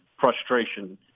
frustration